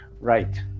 right